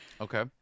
Okay